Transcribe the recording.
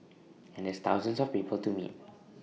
and there's thousands of people to meet